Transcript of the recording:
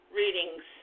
readings